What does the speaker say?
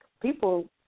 People